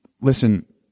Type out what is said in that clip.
listen